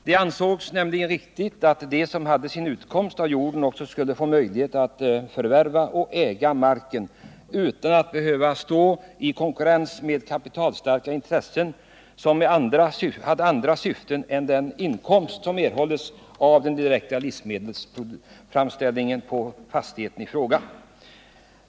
Det ansågs nämligen riktigt att de som hade sin utkomst av jorden också skulle få möjlighet att förvärva och äga marken utan att behöva konkurrera med kapitalstarka intressen som hade andra syften med förvärvandet än att få den inkomst som erhålls av den direkta livsmedelsframställningen på fastigheten i fråga.